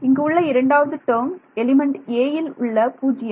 இங்கு உள்ள இரண்டாவது டேர்ம் எலிமெண்ட் a இல் உள்ள 0